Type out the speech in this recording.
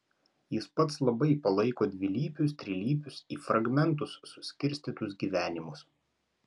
jis pats labai palaiko dvilypius trilypius į fragmentus suskirstytus gyvenimus